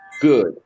good